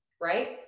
Right